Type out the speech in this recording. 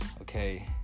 okay